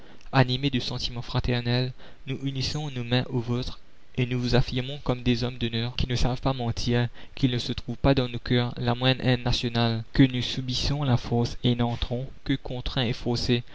animés de sentiments fraternels nous unissons nos mains aux vôtres et nous vous affirmons comme des hommes d'honneur qui ne la commune savent pas mentir qu'il ne se trouve pas dans nos cœurs la moindre haine nationale que nous subissons la force et n'entrons que contraints et